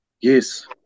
Yes